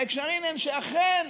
ההקשרים הם שאכן,